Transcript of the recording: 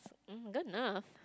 good enough